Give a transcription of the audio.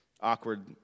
awkward